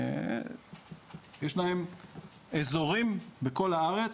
יש להם אזורים בכל הארץ.